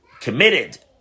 committed